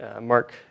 Mark